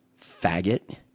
faggot